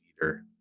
leader